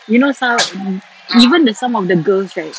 you know some even the some of the girls right